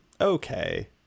Okay